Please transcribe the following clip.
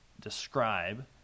describe